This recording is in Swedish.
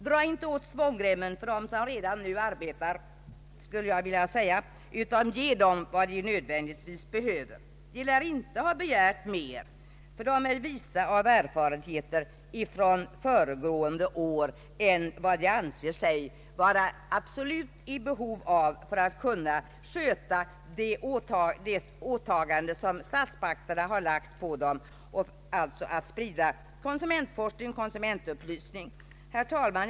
Dra inte åt svångremmen för dem som redan nu arbetar, utan ge dem vad de nödvändigtvis behöver! De lär inte ha begärt mer — de är visa av erfarenheten från föregående år — än vad de anser sig vara i absolut behov av för att kunna sköta det åtagande som statsmakterna har lagt på dem, nämligen att bedriva konsumentforskning och sprida konsumentupplysning. Herr talman!